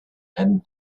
and